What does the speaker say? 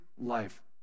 life